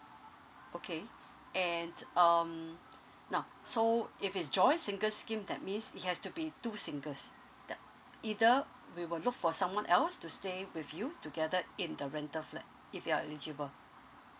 okay and um now so if it's joint single scheme that means it has to be two singles that either we will look for someone else to stay with you together in the rental flat if you're eligible